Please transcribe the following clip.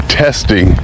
testing